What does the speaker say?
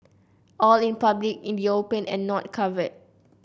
all in public in the open and not covered